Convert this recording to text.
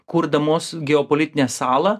kurdamos geopolitinę salą